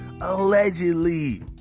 allegedly